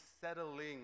settling